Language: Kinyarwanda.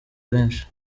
benshi